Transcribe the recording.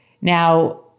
Now